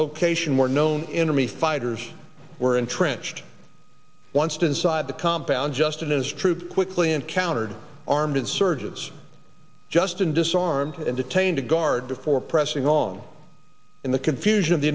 location where known enemy fighters were entrenched once to inside the compound just in as troops quickly encountered armed insurgents just in disarmed and detained a guard before pressing on in the confusion of the